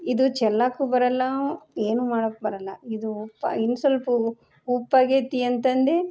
ಇದು ಚೆಲ್ಲಕ್ಕೂ ಬರೋಲ್ಲ ಏನೂ ಮಾಡಕ್ಕೆ ಬರೋಲ್ಲ ಇದು ಇನ್ನು ಸಲ್ಪ ಉಪ್ಪಾಗೈತಿ ಅಂತಂದು